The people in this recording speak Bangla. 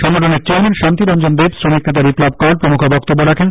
সংগঠনের চেয়ারম্যান শান্তিরঞ্জন দেব শ্রমিক নেতা বিপ্লব কর প্রমুখ বক্তব্য রাখেন